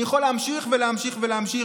אני יכול להמשיך ולהמשיך ולהמשיך,